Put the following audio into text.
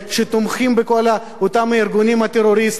שתומכים בכל אותם הארגונים הטרוריסטיים.